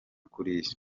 kuriya